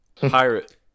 pirate